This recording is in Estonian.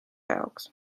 jaoks